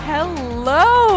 Hello